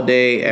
day